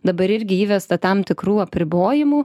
dabar irgi įvesta tam tikrų apribojimų